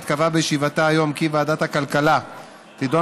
קבעה בישיבתה היום כי ועדת הכלכלה תדון